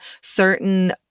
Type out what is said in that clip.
certain